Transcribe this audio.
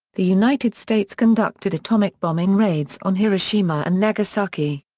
the united states conducted atomic bombing raids on hiroshima and nagasaki.